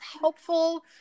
helpful